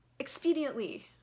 expediently